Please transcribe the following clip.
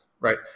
right